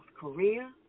Korea